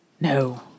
No